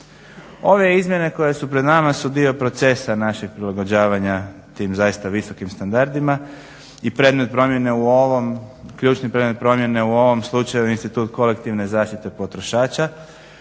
Ove izmjene koje su pred nama su dio procesa našeg prilagođavanja tim zaista visokim standardima i ključni predmet promjene u ovom slučaju je institut kolektivne zaštite potrošača.